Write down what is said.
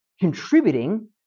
contributing